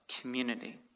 community